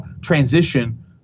transition